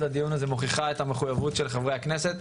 לדיון הזה מוכיחה את המחויבות של חברי הכנסת.